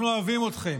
אנחנו אוהבים אתכם,